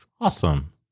awesome